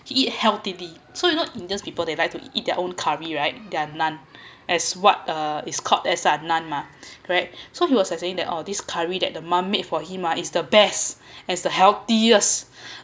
he eat healthily so you know indians people they like to eat their own curry right their naan as what uh is called as ah naan mah correct so he was there saying that oh this curry that the mum made for him ah is the best as the healthiest